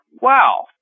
wow